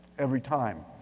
every time.